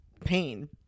pain